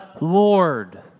Lord